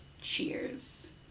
Cheers